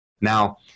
Now